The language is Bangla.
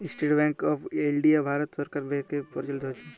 State Bank of India Bharat সরকার থ্যাকে পরিচালিত ক্যরে